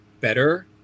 better